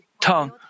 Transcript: tongue